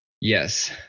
yes